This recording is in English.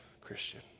Christian